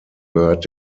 gehört